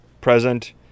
present